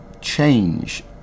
change